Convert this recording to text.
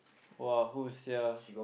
!wah! who sia